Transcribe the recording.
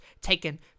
taken